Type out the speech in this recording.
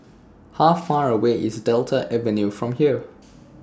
How Far away IS Delta Avenue from here